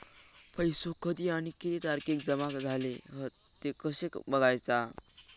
पैसो कधी आणि किती तारखेक जमा झाले हत ते कशे बगायचा?